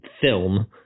film